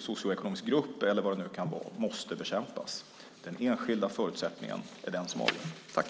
socioekonomisk grupp eller vad det nu kan vara - måste bekämpas. Den enskildas förutsättning är den som avgör.